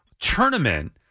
tournament